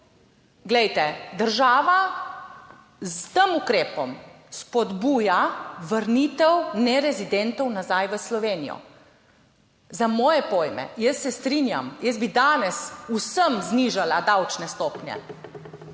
glejte, država s tem ukrepom spodbuja vrnitev nerezidentov nazaj v Slovenijo. Za moje pojme, jaz se strinjam, jaz bi danes vsem znižala davčne stopnje,